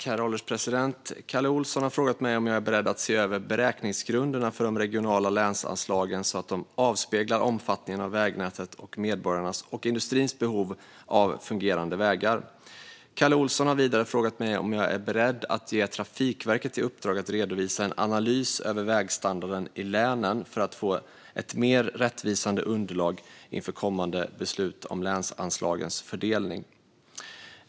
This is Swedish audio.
Herr ålderspresident! Kalle Olsson har frågat mig om jag är beredd att se över beräkningsgrunderna för de regionala länsanslagen så att de avspeglar omfattningen av vägnätet och medborgarnas och industrins behov av fungerande vägar. Kalle Olsson har vidare frågat mig om jag är beredd att ge Trafikverket i uppdrag att redovisa en analys över vägstandarden i länen för att få ett mer rättvisande underlag inför kommande beslut om länsanslagens fördelning.